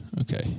Okay